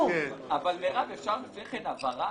אפשר לפני כן הבהרה?